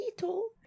little